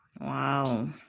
Wow